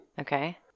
Okay